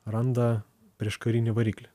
randa prieškarinį variklį